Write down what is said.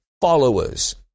followers